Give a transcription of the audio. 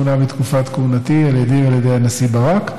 מונה בתקופת כהונתי על ידי ועל ידי הנשיא ברק.